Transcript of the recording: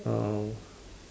uh